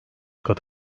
kat